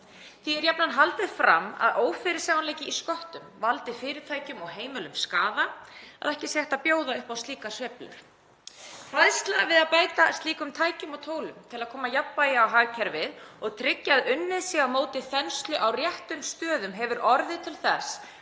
Því er jafnan haldið fram að ófyrirsjáanleiki í sköttum valdi fyrirtækjum og heimilum skaða, að ekki sé hægt að bjóða upp á slíkar sveiflur. Hræðsla við að beita slíkum tækjum og tólum til að koma jafnvægi á hagkerfið og tryggja að unnið sé á móti þenslu á réttum stöðum hefur orðið til þess